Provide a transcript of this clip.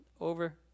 over